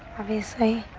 obviously.